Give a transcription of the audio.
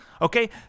okay